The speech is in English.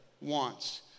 wants